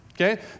okay